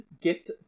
Get